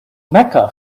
mecca